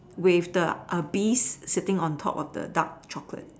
with the err bees sitting on top of the dark chocolate